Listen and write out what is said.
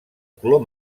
color